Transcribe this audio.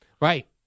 Right